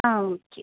ആ ഓക്കെ